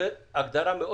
זו הגדרה מסוכנת,